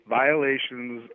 violations